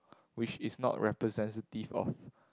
which is not representative of